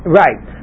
right